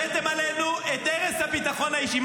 הבאתם עלינו את הרס הביטחון האישי.